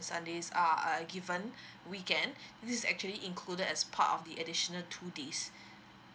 sunday are uh given weekend this is actually included as part of the additional two days